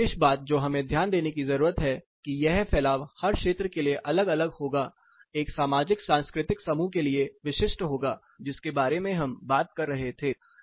एक विशेष बात जो हमें ध्यान देने की जरूरत है कि यह फैलाव हर क्षेत्र के लिए अलग अलग होगा एक सामाजिक सांस्कृतिक समूह के लिए विशिष्ट होगा जिसके बारे में हम बात कर रहे थे